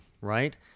Right